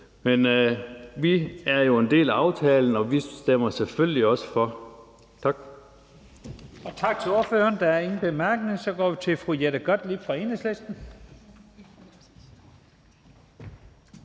Men vi er jo en del af aftalen, og vi stemmer selvfølgelig også for. Tak.